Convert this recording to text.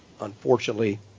unfortunately